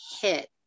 hit